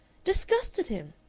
disgusted him!